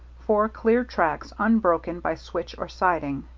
four clear tracks unbroken by switch or siding.